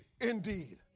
indeed